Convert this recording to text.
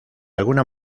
alguna